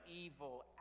evil